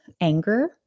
anger